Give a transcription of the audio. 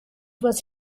was